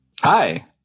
Hi